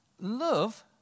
love